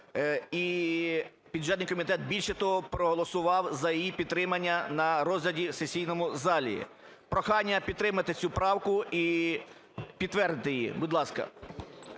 і бюджетний комітет, більше того, проголосував за її підтримання на розгляді в сесійному залі. Прохання підтримати цю правку і підтвердити її, будь ласка.